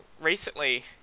recently